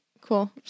Cool